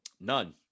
none